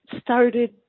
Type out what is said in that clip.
started